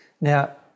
Now